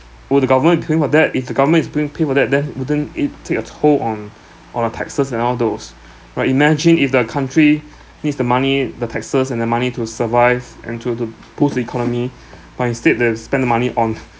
will the government be paying for that if the government is pay~ paying for that then wouldn't it take a toll on on our taxes and all those right imagine if the country needs the money the taxes and the money to survive and to to boost the economy but instead they spend the money on